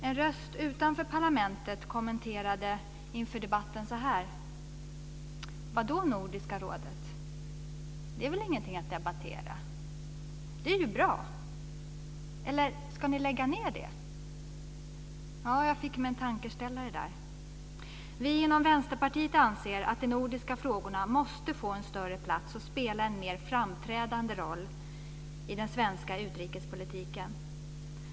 En röst utanför parlamentet gjorde inför den här debatten följande kommentar: Vad då Nordiska rådet? Det är väl ingenting att debattera. Det är ju bra. Eller ska ni lägga ned det? Jag fick mig då en tankeställare. Vi inom Vänsterpartiet anser att de nordiska frågorna måste få en större plats och få spela en mer framträdande roll i den svenska utrikespolitiken.